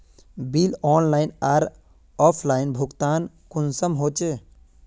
Bill online आर offline भुगतान कुंसम होचे?